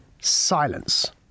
silence